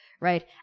right